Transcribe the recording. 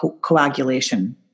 coagulation